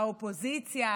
האופוזיציה,